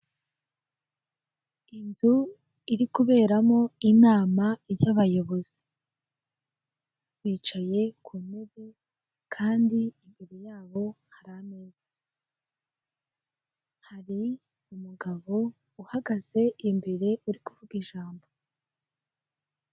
Inzu iri kuberamo inama y'abayobozi bicaye ku ntebe kandi imbere yabo hari hari umugabo uhagaze imbere uri kuvuga ijambo.